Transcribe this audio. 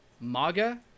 Maga